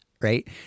right